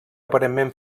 aparentment